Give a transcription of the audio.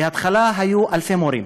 בהתחלה היו אלפי מורים,